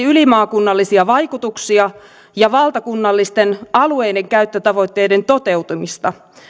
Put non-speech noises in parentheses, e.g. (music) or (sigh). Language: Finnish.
(unintelligible) ylimaakunnallisia vaikutuksia ja valtakunnallisten alueidenkäyttötavoitteiden toteutumista